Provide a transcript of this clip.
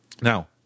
Now